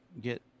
get